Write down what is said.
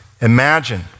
Imagine